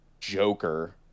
joker